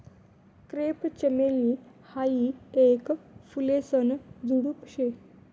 crepe चमेली हायी येक फुलेसन झुडुप शे